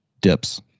dips